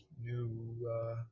new